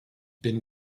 been